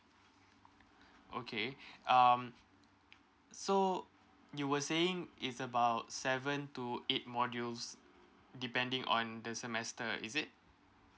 okay um so you were saying is about seven to eight modules depending on the semester is it